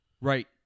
Right